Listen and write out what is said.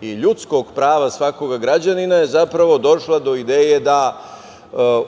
i ljudskog prava svakog građanina je zapravo došla do ideje da